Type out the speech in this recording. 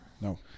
No